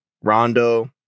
Rondo